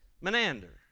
Menander